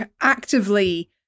actively